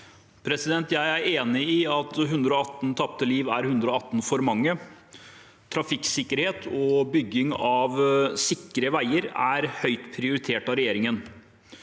Jeg er enig i at 118 tapte liv er 118 for mange. Trafikksikkerhet og bygging av sikre veier er høyt prioritert av regjeringen.